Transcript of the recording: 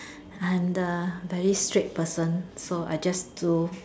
I'm the very strict person so I just do